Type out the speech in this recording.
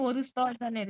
that is why like